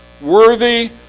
worthy